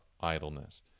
idleness